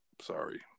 Sorry